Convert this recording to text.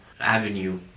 avenue